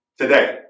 today